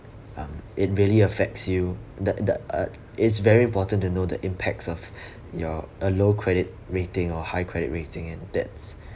uh it really affects you the the uh it's very important to know the impacts of your a low credit rating or high credit rating and that's